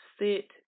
sit